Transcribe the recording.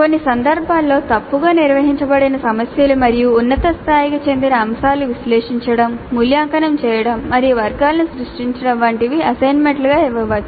కొన్ని సందర్భాల్లో తప్పుగా నిర్వచించబడిన సమస్యలు మరియు ఉన్నత స్థాయికి చెందిన అంశాలను విశ్లేషించడం మూల్యాంకనం చేయడం మరియు వర్గాలను సృష్టించడం వంటివి అసైన్మెంట్ గా ఇవ్వవచ్చు